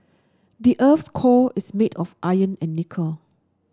the earth's core is made of iron and nickel